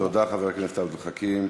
תודה, חבר הכנסת עבד אל חכים.